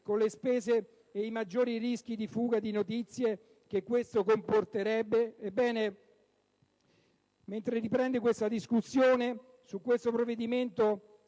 con le spese e i maggiori rischi di fuga di notizie che questo comporterebbe?». Mentre riprende la discussione su questo provvedimento,